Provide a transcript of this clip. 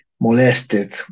molested